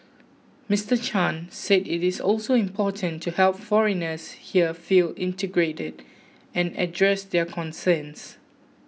Mister Chan said it is also important to help foreigners here feel integrated and address their concerns